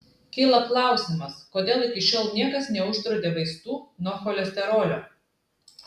kyla klausimas kodėl iki šiol niekas neuždraudė vaistų nuo cholesterolio